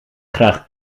graag